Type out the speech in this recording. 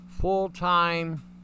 full-time